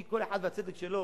כל אחד והצדק שלו,